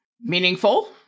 meaningful